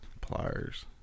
pliers